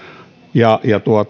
ja